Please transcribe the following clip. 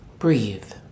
Breathe